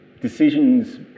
Decisions